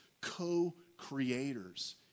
co-creators